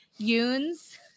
Yoon's